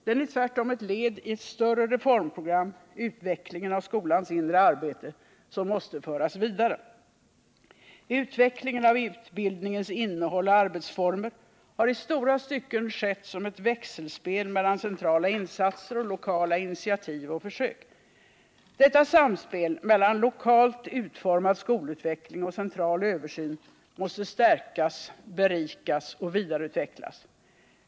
Den är tvärtom ett led i ett större reformprogram — utvecklingen av skolans inre arbete — som måste föras vidare. Utvecklingen av utbildningens innehåll och arbetsformer har i stora stycken skett som ett växelspel mellan centrala insatser och lokala initiativ och försök. Detta samspel mellan lokalt utformad skolutveckling och central översyn måste stärkas, berikas och vidareutvecklas.